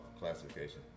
classification